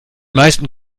meisten